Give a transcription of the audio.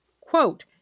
quote